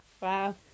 wow